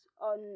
on